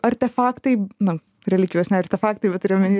artefaktai na religijos ne artefaktai bet turiu omeny